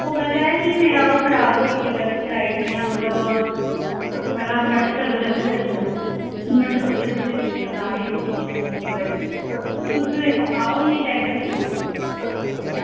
ओह् गल्ल ऐ कि मेरा ओह् खराब होई दी मेरे घर दी लाइट नीं ऐ मतलब मेरा इंबरटर चलदा चलदा सड़ी आ सारे सड़ी गे पता नीं केह् होएआ ते तुस आओ ते चैक करी लैओ